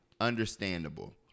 Understandable